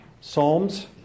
Psalms